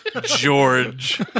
George